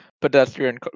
pedestrian